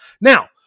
Now